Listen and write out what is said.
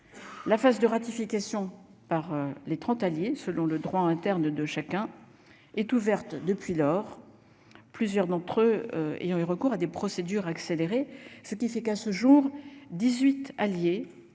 la phase de ratification par les 30 alliés selon le droit interne de chacun est ouverte depuis lors, plusieurs d'entre eux ayant eu recours à des procédures accélérées ce qui fait qu'à ce jour 18 allié